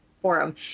forum